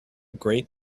great